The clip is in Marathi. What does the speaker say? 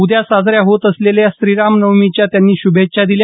उद्या साजऱ्या होत असलेल्या श्रीराम नवमीच्या त्यांनी श्रभेच्छा दिल्या